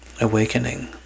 awakening